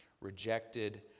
rejected